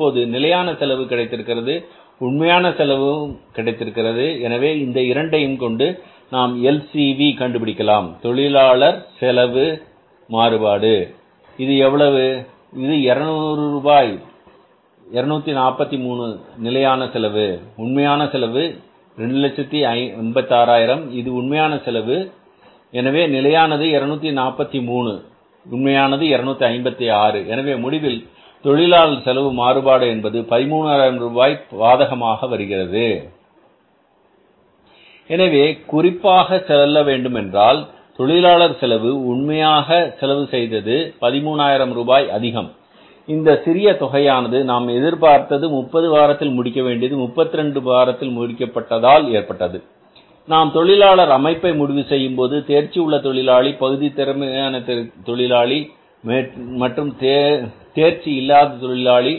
இப்போது நமக்கு நிலையான தொழிலாளர் செலவு கிடைத்திருக்கிறது உண்மையான தொழிலாளர் செலவும் கிடைத்திருக்கிறது எனவே இந்த இரண்டையும் கொண்டு நாம் LCV கண்டுபிடிக்கலாம் தொழிலாளர் செலவு மாறுபாடு இது எவ்வளவு இது 200 ரூபாய் 243 நிலையான செலவு உண்மையான செலவு ரூபாய் 256000 இது உண்மையான செலவு எனவே நிலையானது 243 உண்மையானது 256 எனவே முடிவில் தொழிலாளர் செலவு மாறுபாடு என்பது 13000 ரூபாய் 13000 பாதகமானது எனவே குறிப்பாக சொல்ல வேண்டுமென்றால் தொழிலாளர் செலவு உண்மையாக செலவு செய்தது 13000 ரூபாய் அதிகம் இந்த சிறிய தொகையானது நாம் எதிர்பார்த்தது 30 வாரத்தில் முடிக்கப்பட வேண்டியது 32 வாரத்தில் முடித்ததால் ஏற்பட்டது நாம் தொழிலாளர் அமைப்பை முடிவு செய்யும்போது தேர்ச்சி உள்ள தொழிலாளி பகுதி திறமையான தொழிலாளி மற்றும் தேர்ச்சி இல்லாத தொழிலாளி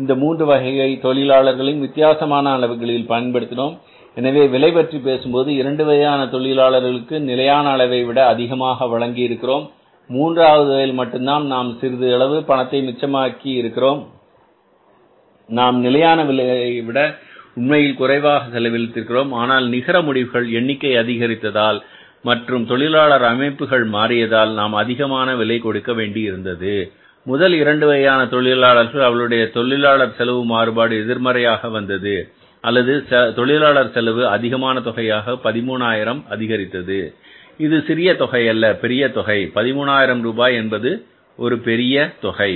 இந்த மூன்று வகை தொழிலாளர்களையும் வித்தியாசமான அளவுகளில் பயன்படுத்தினோம் எனவே விலை பற்றி பேசும்போது 2 வகையான தொழிலாளர்களுக்கு நிலையான அளவைவிட அதிகமாக வழங்கியிருக்கிறோம் மூன்றாவது வகையில் மட்டும்தான் நமக்கு சிறிதளவு பணம் மிச்சமாகி இருக்கிறது நாம் நிலையான விலையைவிட உண்மையில் குறைவாக செலவழித்து இருக்கிறோம் ஆனால் நிகர முடிவுகள் எண்ணிக்கை அதிகரித்ததால் மற்றும் தொழிலாளர் அமைப்புகள் மாறியதால் நாம் அதிகமான விலை கொடுக்க வேண்டி இருந்தது முதல் இரண்டு வகையான தொழிலாளர்கள் அவர்களுடைய தொழிலாளர் செலவு மாறுபாடு எதிர்மறையாக வந்தது அல்லது தொழிலாளர் செலவு அதிக தொகையான 13000 ரூபாய் அதிகரித்தது இது சிறிய தொகை அல்ல பெரிய தொகை 13000 ரூபாய் ஒரு பெரிய தொகை